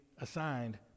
assigned